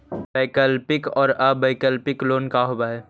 वैकल्पिक और अल्पकालिक लोन का होव हइ?